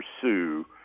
pursue